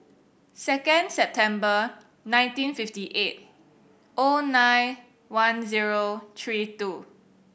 second September nineteen fifty eight O nine one zero three two